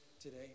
today